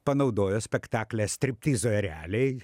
panaudojo spektaklyje striptizo ereliai